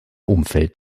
umfeld